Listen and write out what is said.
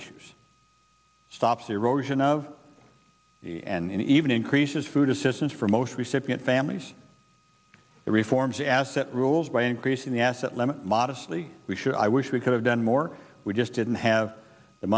issues stops the erosion of the and even increases food assistance for most receptive families the reforms asset rules by increasing the asset limit modestly we should i wish we could have done more we just didn't have the